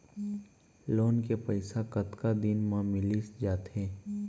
Loan के पइसा कतका दिन मा मिलिस जाथे?